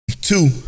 Two